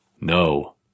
No